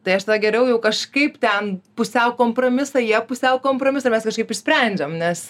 tai aš tada geriau jau kažkaip ten pusiau kompromisą jie pusiau kompromisą ir mes kažkaip išsprendžiam nes